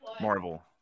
Marvel